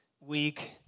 week